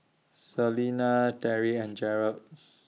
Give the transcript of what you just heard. Celena Teri and Jerald